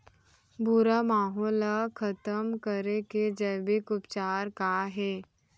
भूरा माहो ला खतम करे के जैविक उपचार का हे?